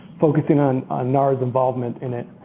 focusing on nara's involvement in it,